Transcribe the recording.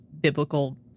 biblical